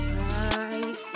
right